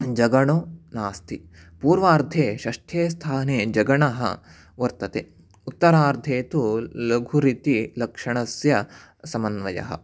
जगणौ नास्ति पूर्वार्धे षष्ठे स्थाने जगणः वर्तते उत्तरार्धे तु लघुरिति लक्षणस्य समन्वयः